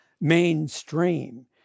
mainstream